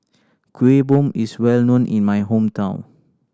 Kuih Bom is well known in my hometown